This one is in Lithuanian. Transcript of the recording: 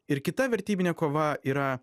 ir kita vertybinė kova yra